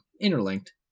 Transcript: interlinked